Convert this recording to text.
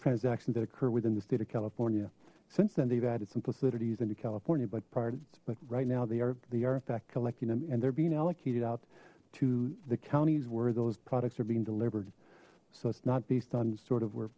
transactions that occur within the state of california since then they've added some facilities into california but pardons but right now they are the artifact collecting them and they're being allocated out to the counties where those products are being delivered so it's not based on sort of where